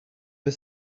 his